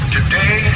Today